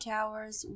Towers